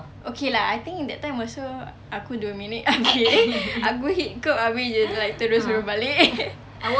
okay lah I think that time also aku dua minit abeh aku hit curb abeh dia like terus suruh balik